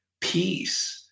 peace